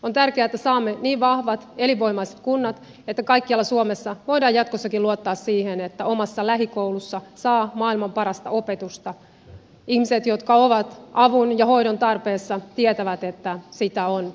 on tärkeää että saamme niin vahvat elinvoimaiset kunnat että kaikkialla suomessa voidaan jatkossakin luottaa siihen että omassa lähikoulussa saa maailman parasta opetusta että ihmiset jotka ovat avun ja hoidon tarpeessa tietävät että sitä on saatavissa